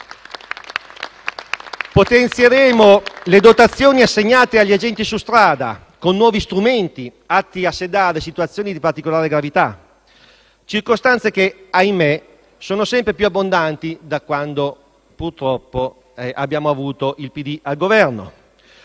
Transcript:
Potenzieremo le dotazioni assegnate agli agenti su strada con nuovi strumenti atti a sedare situazioni di particolare gravità. Circostanze che - ahimè - sono sempre più abbondanti da quando, purtroppo, abbiamo avuto il PD al Governo.